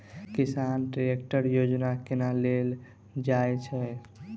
किसान ट्रैकटर योजना केना लेल जाय छै?